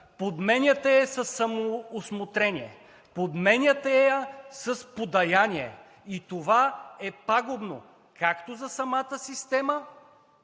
Подменяте я по самоусмотрение. Подменяте я с подаяние. И това е пагубно както за самата система,